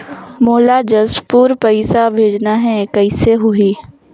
मोला जशपुर पइसा भेजना हैं, कइसे होही?